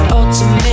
ultimate